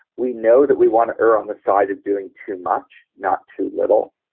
we know that we want to erred on the side of doing too much, not too little.